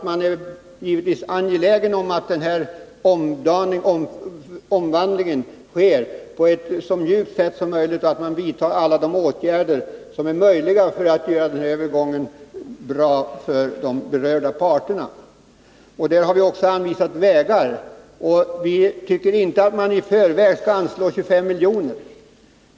Man är givetvis angelägen om att denna omvandling sker på ett så mjukt sätt som möjligt och att man vidtar alla de åtgärder som är möjliga för att göra övergången bra för de berörda parterna. Vi har också anvisat vägar. Vi tycker inte att man i förväg skall anslå 25 milj.kr.